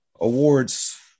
awards